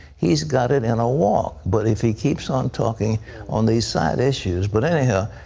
he's got it in a walk. but if he keeps on talking on these side issues but anyhow,